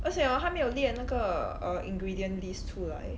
而且 hor 他没有列那个 uh ingredient list 出来